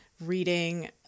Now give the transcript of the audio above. reading